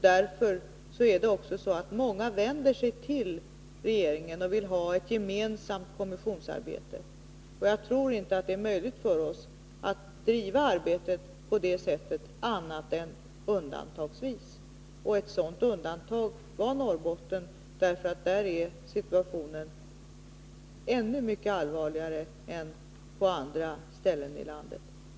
Därför vänder sig många till regeringen och vill ha ett gemensamt kommissionsarbete. Jag tror inte det är möjligt för oss att driva arbetet på det sättet annat än undantagsvis. Ett sådant undantag var Norrbotten därför att situationen där är ännu mycket allvarligare än på andra håll i landet.